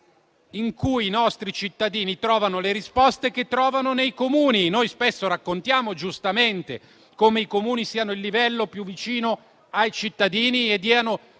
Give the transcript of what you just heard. in cui i nostri cittadini trovano le risposte che trovano nei Comuni. Spesso noi raccontiamo, giustamente, come i Comuni siano il livello più vicino ai cittadini e diano